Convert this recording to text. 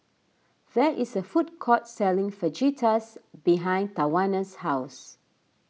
there is a food court selling Fajitas behind Tawanna's house